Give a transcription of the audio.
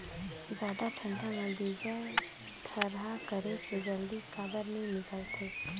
जादा ठंडा म बीजा थरहा करे से जल्दी काबर नी निकलथे?